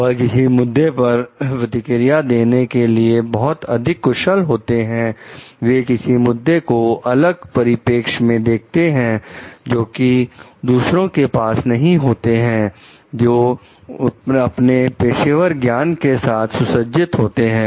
वह किसी मुद्दे पर प्रतिक्रिया देने के लिए बहुत अधिक कुशल होते हैं वे किसी मुद्दे को अलग परिपेक्ष में देखते है जो कि दूसरों के पास नहीं होता है जो अपने पेशेवर ज्ञान के साथ सुसज्जित होते हैं